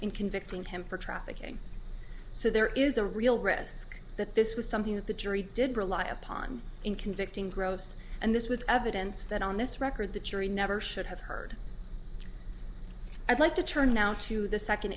in convicting him for trafficking so there is a real risk that this was something that the jury did rely upon in convicting gross and this was evidence that on this record the jury never should have heard i'd like to turn now to the second